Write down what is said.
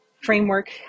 framework